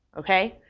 ok?